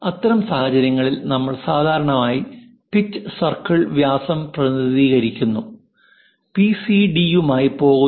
അത്തരം സാഹചര്യങ്ങളിൽ നമ്മൾ സാധാരണയായി പിച്ച് സർക്കിൾ വ്യാസം പ്രതിനിധീകരിക്കുന്ന പിസിഡി യുമായി പോകുന്നു